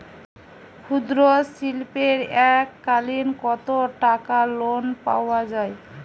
ক্ষুদ্রশিল্পের এককালিন কতটাকা লোন পাওয়া য়ায়?